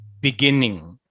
beginning